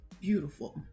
beautiful